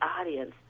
audience